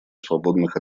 свободных